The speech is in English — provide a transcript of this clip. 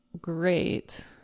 great